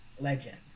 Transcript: legend